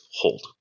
hold